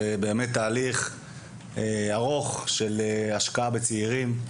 זה באמת תהליך ארוך של השקעה בצעירים.